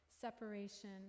separation